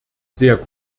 sehr